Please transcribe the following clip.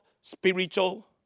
spiritual